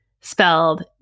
spelled